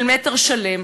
של מטר שלם.